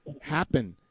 happen